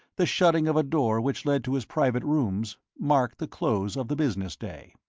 the shutting of a door which led to his private rooms marked the close of the business day.